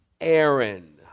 Aaron